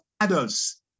adults